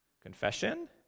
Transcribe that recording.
confession